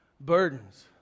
burdens